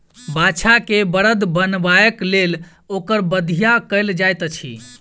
बाछा के बड़द बनयबाक लेल ओकर बधिया कयल जाइत छै